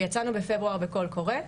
יצאנו בפברואר בקול קורא.